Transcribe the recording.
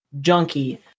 junkie